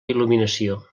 il·luminació